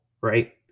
right